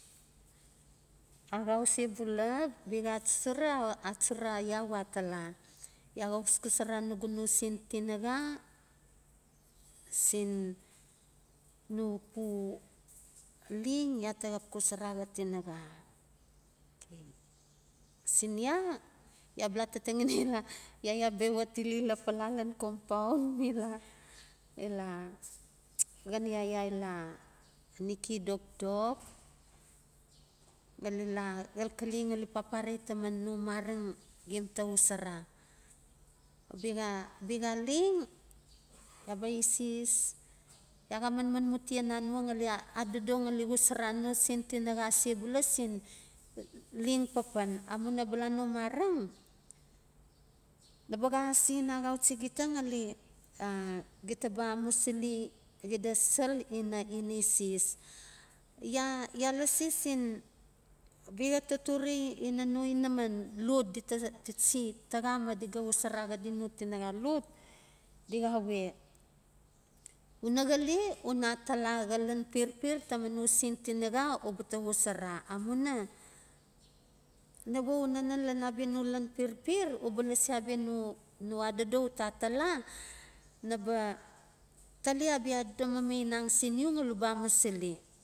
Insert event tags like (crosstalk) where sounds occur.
Axau se bula, biaxa achuchura, a achura ya we atala ya xa xosora nugu no sen tinaxa sin no pu leng ya ta xa xosora xa tinaxa? Sin ya, ya ba la tataxinai (laughs) ila yaya bewa tile lapala lan (laughs) compound mi ila, ila xan yaya ila nicky dokdok ngali ia xaxale ngali apare taman no mareng gem ta xosora. Biaxa, biaxa leng ya ba eses, ya xa man man mu tia nanua ngali adodo ngali xosora no sen tinaxa sebula sin leng papan, a muina bala no mareng naba xa asen axauchi gita ngali a gita ba amu sili xida sel ina ineses. Ya, ya lasi sin biaxa totore ina no inaman lot dita se taxa, ma dixa xosora xadi no tinaxa lot, dixa we una xale, una atala xa lan perper taman no sen tinaxa u ba ta xosora, amuna na we u nanan lan abia no lan perper uba lasi abia no adodo uta atala naba tali abia adodo mamainong sin u ngali uba amusili.